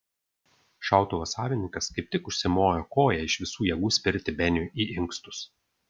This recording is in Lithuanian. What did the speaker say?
šautuvo savininkas kaip tik užsimojo koja iš visų jėgų spirti beniui į inkstus